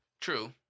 True